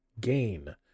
gain